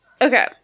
Okay